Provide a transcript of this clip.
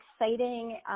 exciting